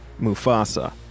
Mufasa